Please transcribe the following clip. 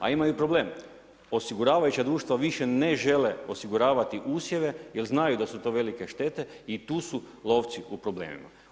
A imaju problem, osiguravajuća društva više ne žele osiguravati usjeve jer znaju da su to velike štete i tu su lovci u problemima.